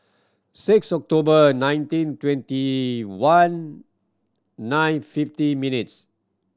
six October nineteen twenty one nine fift minutes